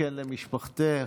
תודה רבה.